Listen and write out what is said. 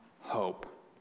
hope